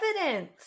evidence